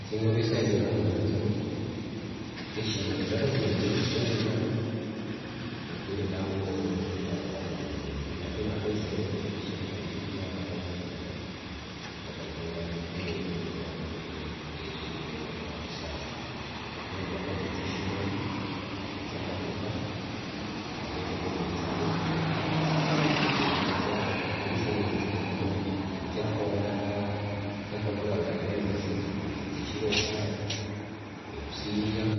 Ethingombe isaino ndikho inatho thieshimali, ndalikho nende yeshisungu ndala lakini laano nivakhakho lakini ata isaino ndimuli shirika lindi lia worldbank khenyole ingombe yamavere yakisasa. Lakini ndikho nende yethishimali ethia ndaruka, mavere khunywethanga. khuli isaino nende thingombe munane nithiakhola thiakhavura ngaluenduthi mbu thishira khuaya engusingia